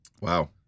Wow